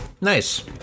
nice